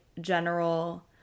general